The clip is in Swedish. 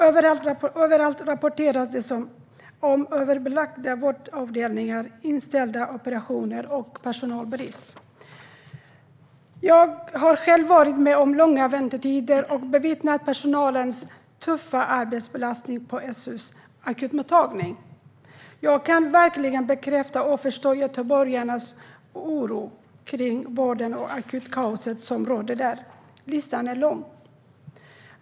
Överallt rapporteras om överbelagda vårdavdelningar, inställda operationer och personalbrist. Jag har själv varit med om långa väntetider och bevittnat personalens tuffa arbetsbelastning på SU:s akutmottagning. Jag kan verkligen bekräfta och förstå göteborgarnas oro för vården och det akutkaos som råder där. Listan är lång.